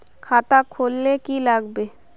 खाता खोल ले की लागबे?